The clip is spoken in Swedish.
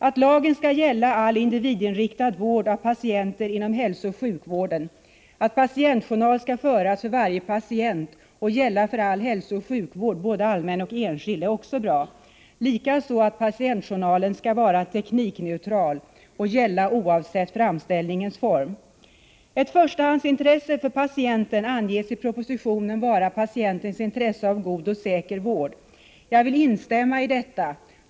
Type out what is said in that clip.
Att lagen skall gälla all individinriktad vård av patienter inom hälsooch sjukvården, att patientjournal skall föras för varje patient och gälla för all hälsooch sjukvård, både allmän och enskild, är också bra. Likaså att patientjournallagen skall vara teknikneutral och gälla oavsett framställningens form. Ett förstahandsintresse för patienten anges i propositionen vara patientens intresse av god och säker vård. Jag vill instämma i detta.